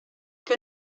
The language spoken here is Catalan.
que